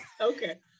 okay